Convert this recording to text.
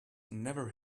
never